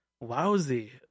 lousy